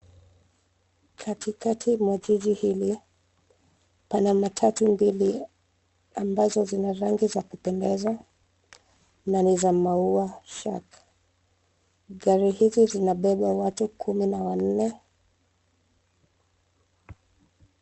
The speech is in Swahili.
Katikati mwa jiji hili, pana matatu mbili ambazo zina rangi za kupendeza na niza maua shark . Gari hizi zinabeba watu kumi na wanne